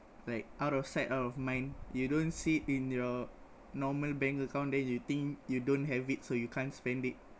like out of sight out of mind you don't see it in your normal bank account then you think you don't have it so you can't spend it